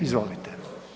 Izvolite.